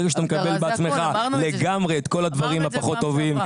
ברגע שאתה מקבל בעצמך לגמרי את כל הדברים הפחות טובים